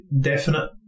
definite